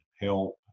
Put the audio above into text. help